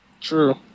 True